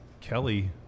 Kelly